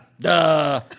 duh